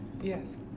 Yes